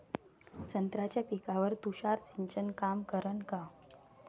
संत्र्याच्या पिकावर तुषार सिंचन काम करन का?